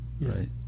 right